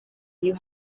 you